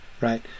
right